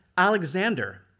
Alexander